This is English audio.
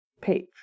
page